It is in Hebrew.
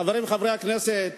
חברי חברי הכנסת,